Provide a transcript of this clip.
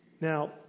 Now